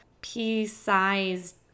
pea-sized